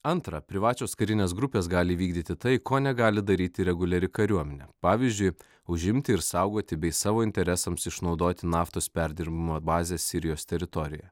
antra privačios karinės grupės gali vykdyti tai ko negali daryti reguliari kariuomenė pavyzdžiui užimti ir saugoti bei savo interesams išnaudoti naftos perdirbimo bazę sirijos teritorijoje